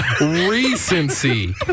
Recency